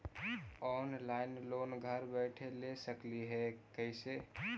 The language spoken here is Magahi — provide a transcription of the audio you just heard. ऑनलाइन लोन घर बैठे ले सकली हे, कैसे?